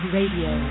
Radio